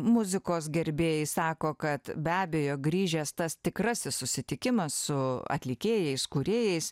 muzikos gerbėjai sako kad be abejo grįžęs tas tikrasis susitikimas su atlikėjais kūrėjais